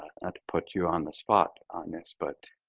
not to put you on the spot on this, but